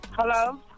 Hello